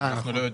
אנחנו לא יודעים.